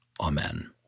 Amen